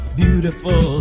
beautiful